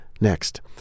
next